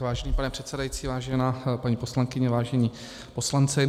Vážený pane předsedající, vážená paní poslankyně, vážení poslanci.